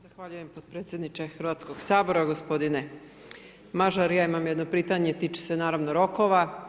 Zahvaljujem podpredsjedniče Hrvatskog sabora, gospodine Mažar ja imam pitanje tiče se naravno rokova.